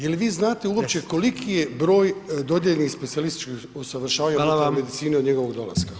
Jel vi znate uopće koliki je broj dodijeljenih specijalističkih usavršavanja [[Upadica: Hvala vam]] doktora medicine od njegovog dolaska?